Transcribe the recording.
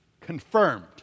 Confirmed